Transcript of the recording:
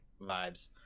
vibes